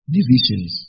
Divisions